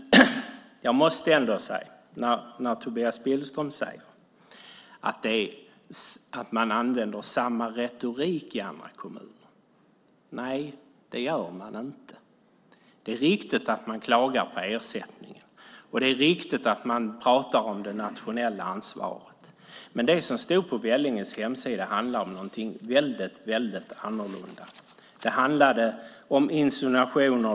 Tobias Billström säger att man använder samma retorik i andra kommuner. Nej, det gör man inte. Det är riktigt att man klagar på ersättningen, och det är riktigt att man pratar om det nationella ansvaret. Men det som stod på Vellinges hemsida var något helt annat. Det var insinuationer.